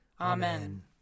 Amen